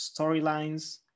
storylines